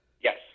Yes